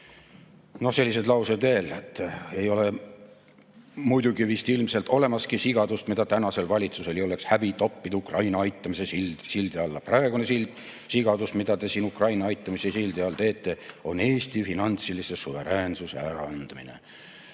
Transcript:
No selliseid lauseid veel: "Ei ole muidugi vist ilmselt olemaski sigadust, mida tänasel valitsusel ei oleks häbi toppida Ukraina aitamise sildi alla. Praegune sigadus, mida te siin Ukraina aitamise sildi all teete, on Eesti finantsilise suveräänsuse äraandmine,